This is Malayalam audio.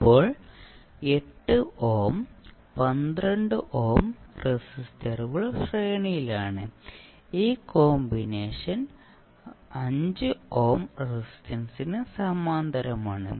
ഇപ്പോൾ 8 ഓം 12 ഓം റെസിസ്റ്ററുകൾ ശ്രേണിയിലാണ് ഈ കോമ്പിനേഷൻ 5 ഓം റെസിസ്റ്റൻസിന് സമാന്തരമാണ്